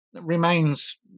remains